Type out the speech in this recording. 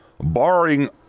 barring